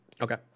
Okay